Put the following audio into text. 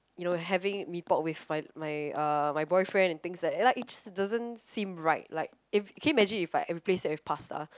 you know having mee pok with my my uh my boyfriend and things like like it just doesn't seem right like if can you imagine I replace that with pasta